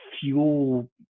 fuel